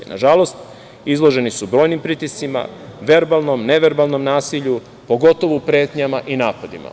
Nažalost, izloženi su brojnim pritiscima, verbalnom, neverbalnom nasilju, pogotovo pretnjama i napadima.